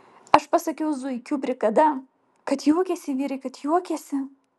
aš pasakiau zuikių brigada kad juokėsi vyrai kad juokėsi